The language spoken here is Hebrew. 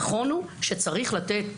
נתנו את היחס האישי לכל תלמיד.